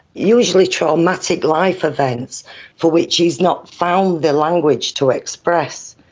usually traumatic life events for which he has not found the language to express.